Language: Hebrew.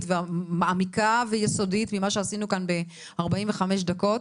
ומעמיקה ויסודית ממה שעשינו כאן ב-45 דקות.